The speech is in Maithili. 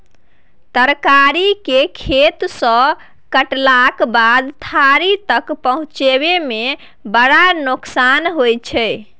तरकारी केर खेत सँ कटलाक बाद थारी तक पहुँचै मे बड़ नोकसान होइ छै